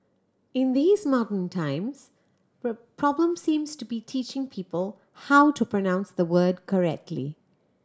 in these modern times the problem seems to be teaching people how to pronounce the word correctly